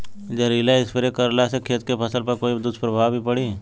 जहरीला स्प्रे करला से खेत के फसल पर कोई दुष्प्रभाव भी पड़ी?